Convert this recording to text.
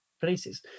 places